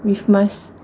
with my